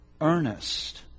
earnest